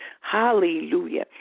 Hallelujah